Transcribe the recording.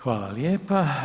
Hvala lijepo.